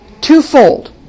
Twofold